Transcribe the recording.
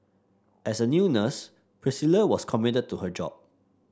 as a new nurse Priscilla was committed to her job